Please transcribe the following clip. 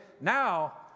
Now